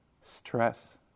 stress